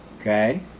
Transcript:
Okay